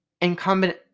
incumbent